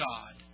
God